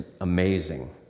amazing